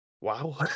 wow